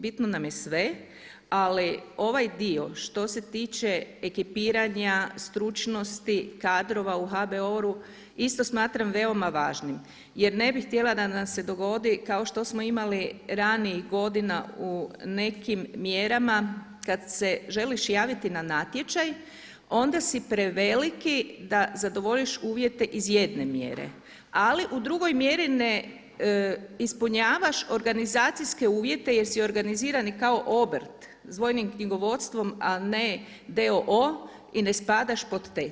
Bitno nam je sve ali ovaj dio što se tiče ekipiranja, stručnosti, kadrova u HBOR-u isto smatram veoma važnim jer ne bih htjela da nam se dogodi kao što smo imali ranijih godina u nekim mjerama kada se želiš javiti na natječaj onda si preveliki da zadovoljiš uvjete iz jedne mjere ali u drugoj mjeri ne ispunjavaš organizacijske uvjete jer si organizirani kao obrt s dvojnim knjigovodstvom ali ne d.o.o i ne spadaš pod te.